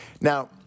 Now